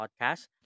podcast